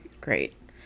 great